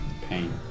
Pain